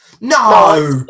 no